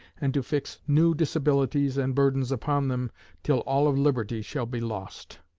and to fix new disabilities and burdens upon them till all of liberty shall be lost.